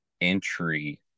entry